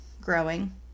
growing